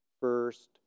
first